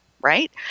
right